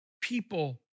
people